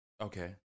Okay